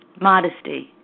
modesty